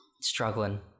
struggling